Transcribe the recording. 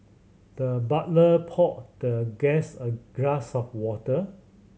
the butler poured the guest a glass of water